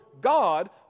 God